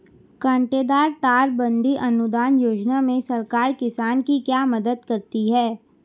कांटेदार तार बंदी अनुदान योजना में सरकार किसान की क्या मदद करती है?